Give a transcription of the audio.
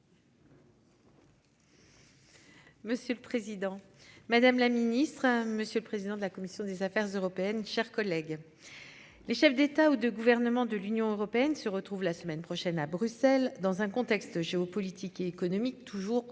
Monsieur le président, madame la ministre, hein. Monsieur le président de la commission des Affaires européennes, chers collègues. Les chefs d'État ou de gouvernement de l'Union européenne se retrouve la semaine prochaine à Bruxelles dans un contexte géopolitique et économique toujours très